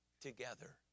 together